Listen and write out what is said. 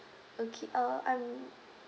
okay uh I'm